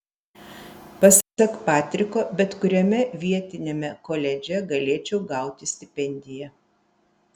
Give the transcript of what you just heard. pasak patriko bet kuriame vietiniame koledže galėčiau gauti stipendiją